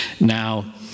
Now